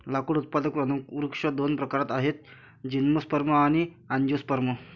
लाकूड उत्पादक वनवृक्ष दोन प्रकारात आहेतः जिम्नोस्पर्म आणि अँजिओस्पर्म